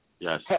Yes